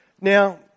Now